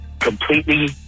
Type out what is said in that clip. completely